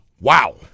Wow